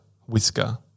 whisker